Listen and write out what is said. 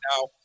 now